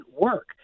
work